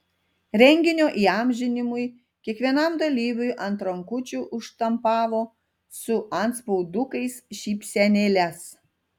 renginio įamžinimui kiekvienam dalyviui ant rankučių užštampavo su antspaudukais šypsenėles